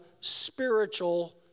spiritual